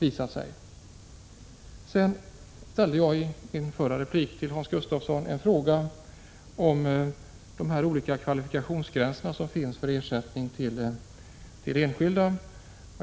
I min förra replik ställde jag en fråga till Hans Gustafsson om de olika kvalifikationsgränserna för ersättning till enskilda.